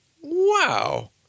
wow